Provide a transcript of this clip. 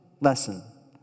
lesson